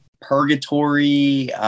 purgatory